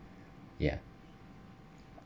ya